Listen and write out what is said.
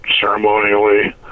ceremonially